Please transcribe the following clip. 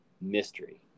mystery